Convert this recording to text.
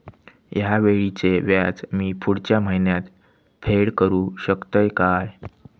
हया वेळीचे व्याज मी पुढच्या महिन्यात फेड करू शकतय काय?